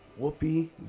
Whoopi